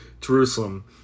Jerusalem